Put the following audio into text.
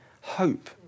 hope